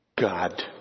God